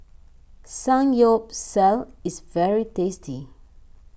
Samgyeopsal is very tasty